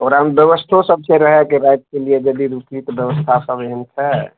ओकरामे व्यवस्थो सब छै रहैके रातिके लिए योदी रुकी तऽ व्यवस्था सब एहन छै